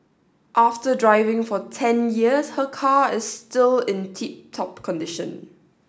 after driving for ten years her car is still in tip top condition